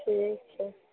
ठीक छै